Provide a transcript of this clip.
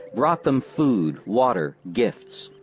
brought them food, water, gifts.